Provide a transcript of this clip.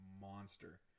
monster